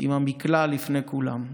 עם המקלע לפני כולם.